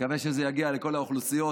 נקווה שזה יגיע לכל האוכלוסיות,